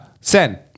Sen